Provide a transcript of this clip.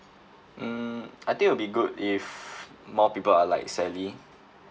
mm I think it'll be good if more people are like sally